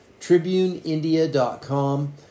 tribuneindia.com